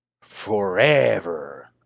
forever